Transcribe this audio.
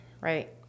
right